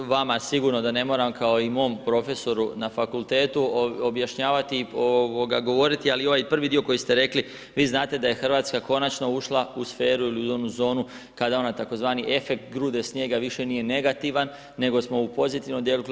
Vama sigurno da ne moram, kao i mom profesoru na fakultetu objašnjavati, ovoga, govoriti, ali ovaj prvi dio koji ste rekli, vi znate da je RH konačno ušla u sferu ili onu zonu kada onaj tzv. efekt grude snijega više nije negativan, nego smo u pozitivnom dijelu.